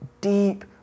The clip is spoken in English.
Deep